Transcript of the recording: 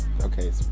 Okay